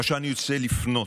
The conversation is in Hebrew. עכשיו אני רוצה לפנות,